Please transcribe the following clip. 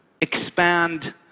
expand